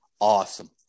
awesome